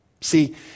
See